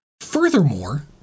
Furthermore